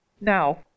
now